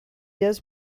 does